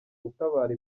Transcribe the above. utabara